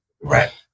Right